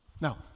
Now